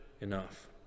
enough